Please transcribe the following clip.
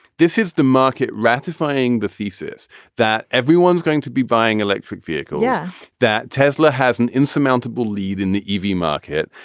this is the market ratifying the thesis that everyone's going to be buying electric vehicles. yes. that tesla has an insurmountable lead in the e v. market,